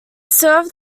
served